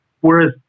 Whereas